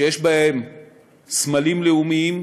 שיש בהן סמלים לאומיים,